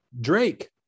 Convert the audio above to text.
Drake